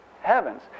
Heavens